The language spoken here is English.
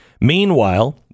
Meanwhile